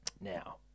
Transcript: Now